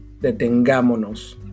detengámonos